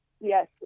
Yes